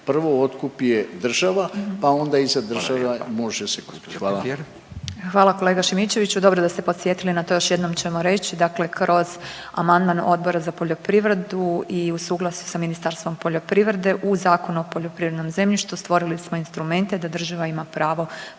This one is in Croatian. Petir. **Petir, Marijana (Nezavisni)** Hvala kolega Šimičeviću, dobro da ste podsjetili na to, još jednom ćemo reći, dakle kroz amandman Odbora za poljoprivredu i u suglasju sa Ministarstvom poljoprivrede u Zakonu o poljoprivrednom zemljištu stvorili smo instrumente da država ima pravo